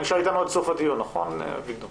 אתה נשאר איתנו עד סוף הדיון נכון, אביגדור?